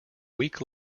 weak